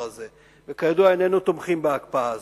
וכידוע איננו תומכים בהקפאה הזאת,